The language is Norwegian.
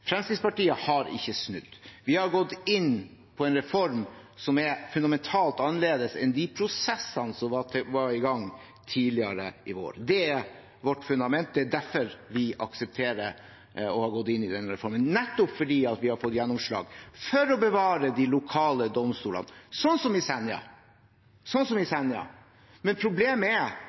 Fremskrittspartiet har ikke snudd. Vi har gått inn på en reform som er fundamentalt annerledes enn de prosessene som var i gang tidligere i vår. Det er vårt fundament. Det er derfor vi aksepterer og har gått inn for denne reformen, nettopp fordi vi har fått gjennomslag for å bevare de lokale domstolene, som i Senja.